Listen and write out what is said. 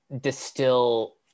distill